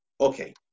Okay